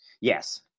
Yes